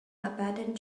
abandoned